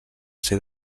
ser